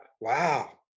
wow